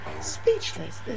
Speechless